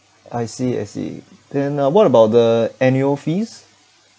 I see I see then uh what about the annual fees